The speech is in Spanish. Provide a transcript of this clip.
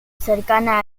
cercana